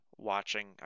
watching